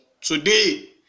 Today